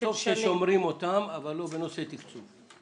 טוב ששומרים אותן אבל לא בנושא תקצוב.